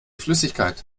flüssigkeit